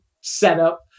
setup